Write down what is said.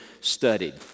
studied